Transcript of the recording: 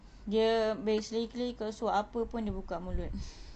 dia basically kau suap apa pun dia buka mulut